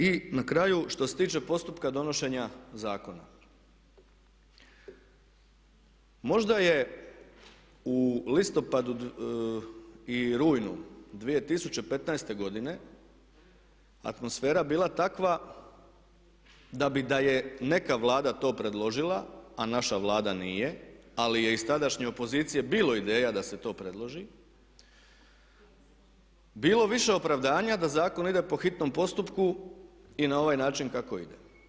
I na kraju što se tiče postupka donošenja zakona, možda je u listopadu i rujnu 2015. godine atmosfera bila takva da bi da je neka Vlada to predložila, a naša Vlada nije ali je iz tadašnje opozicije bilo ideja da se to predloži, bilo više opravdanja da zakon ide po hitnom postupku i na ovaj način kako ide.